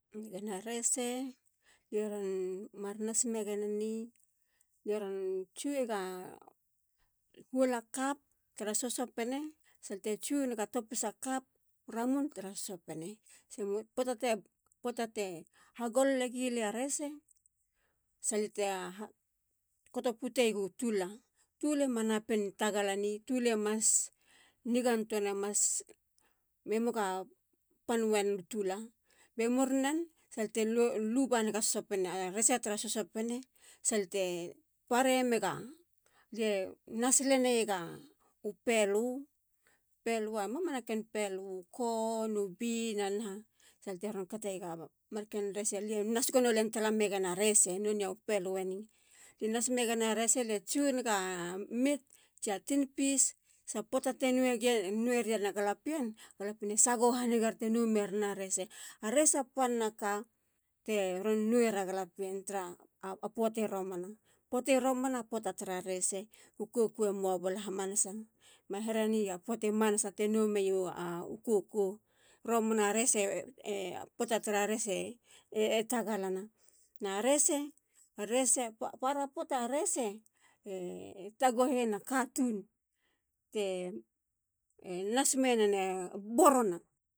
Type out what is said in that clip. Nigana rese lie ron mar nas megeneni. lie ron tsuyega huol a cup tara sosopene saalia te tsunega topisa cup ramun ramun tara sosopene. sa poata te. poata te hagololegilia rese salia te ha kato puteyegu tula. tule manapin tagalane. tule mas nigantoana. mas muaga pan wen u tula. be murinen. salia te paremega. lie nas leneyega u pelu. pelua. mamanaken pelu a. u corn. u bean. na naha. salia teron kateyega marken resa lie nas gono len tala megena rese. lie tsu nega meat. tsia tin fish. sa poata te noriena galapien. galapiene sagoho hanigar te no merena a rese, a rese pana ka teron nowera galapien tara a poati romana. Poati romana. poati romana poata tara rese. u koko emoa bala hamanasa. ma herenia poti manasateno mio a koko. romana rese e. poata tara rese e tagalana. na rese. a rese para poata. a rese e taguheyena katun te nas menena. e borona.